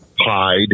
hide